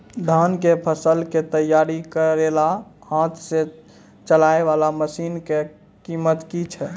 धान कऽ फसल कऽ तैयारी करेला हाथ सऽ चलाय वाला मसीन कऽ कीमत की छै?